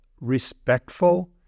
respectful